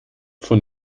von